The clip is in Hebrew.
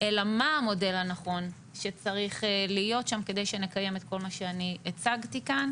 אלא מה המודל הנכון שצריך להיות שם כדי שנקיים את כל מה שאני הצגתי כאן,